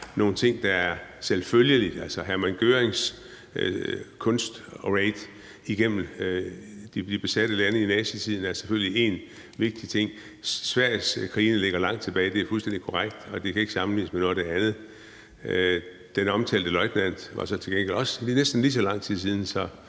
nogle ting, der er selvfølgelige. Altså, Hermann Görings kunstraid igennem de besatte lande i nazitiden er selvfølgelig én vigtig ting. Svenskekrigene ligger langt tilbage – det er fuldstændig korrekt – og det kan ikke sammenlignes med noget af det andet. Det med den omtalte løjtnant er næsten lige så lang tid siden.